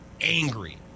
angry